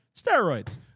steroids